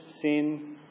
sin